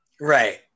Right